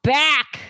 back